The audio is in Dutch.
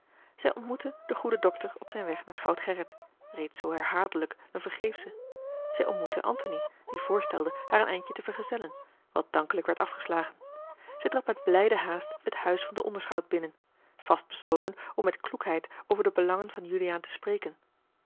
zij ontmoette den goeden dokter op zijn weg naar schout gerrit reeds zoo herhaaldelijk een vergeefsche zij ontmoette antony die voorstelde haar een eindje te vergezellen wat dankelijk werd afgeslagen zij trad met blijde haast het huis van den onderschout binnen vast besloten om met kloekheid over de belangen van juliaan te spreken